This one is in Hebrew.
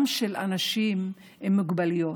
גם של אנשים עם מוגבלויות.